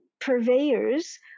purveyors